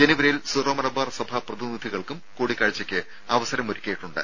ജനുവരിയിൽ സിറോ മലബാർ സഭാ പ്രതിനിധികൾക്കും കൂടിക്കാഴ്ചയ്ക്ക് അവസരം ഒരുക്കിയിട്ടുണ്ട്